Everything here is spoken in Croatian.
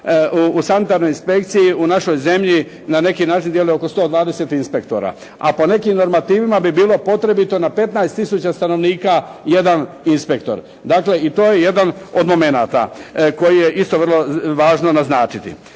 u sanitarnoj inspekciji. U našoj zemlji na neki način djeluje oko 120 inspektora, a po nekim normativima bi bilo potrebito na 15000 stanovnika jedan inspektor. Dakle, i to je jedan od momenata koji je isto vrlo važno naznačiti.